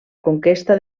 conquesta